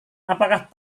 apakah